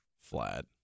flat